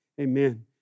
amen